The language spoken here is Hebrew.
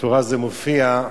זה מופיע בתורה,